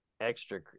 extra